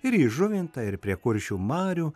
ir į žuvintą ir prie kuršių marių